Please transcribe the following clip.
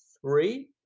three